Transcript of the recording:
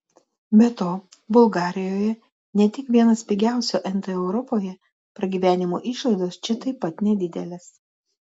be to bulgarijoje ne tik vienas pigiausių nt europoje pragyvenimo išlaidos čia taip pat nedidelės